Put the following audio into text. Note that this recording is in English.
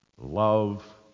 love